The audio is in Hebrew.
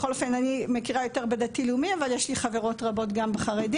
בכל אופן אני מכירה יותר בדתי לאומי אבל יש לי חברות רבות גם בחרדי,